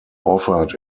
offered